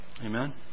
Amen